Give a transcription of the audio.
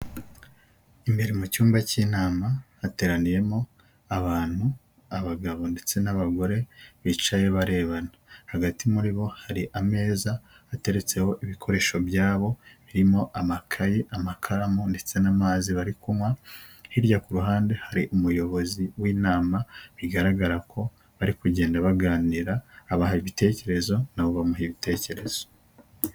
Imbere mu cyumba cy'inama hateraniyemo abantu, abagabo ndetse n'abagore bicaye barebana hagati muri bo hari ameza ateretseho ibikoresho byabo birimo amakaye, amakaramu ndetse n'amazi bari kunywa hirya kuruhande hari umuyobozi w'inama bigaragara ko bari kugenda baganira abaha ibitekerezo nabo bamuha ibitekerezo.